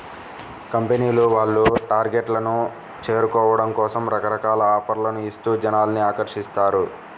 కంపెనీల వాళ్ళు టార్గెట్లను చేరుకోవడం కోసం రకరకాల ఆఫర్లను ఇస్తూ జనాల్ని ఆకర్షిస్తారు